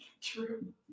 True